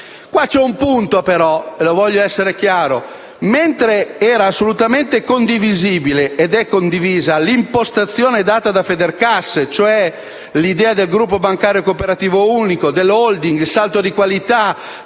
Qui c'è un punto, però, su cui voglio essere chiaro: mentre era assolutamente condivisibile, ed è condivisa, l'impostazione data da Federcasse, e cioè l'idea del gruppo bancario cooperativo unico, della *holding*, del salto di qualità